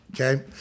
Okay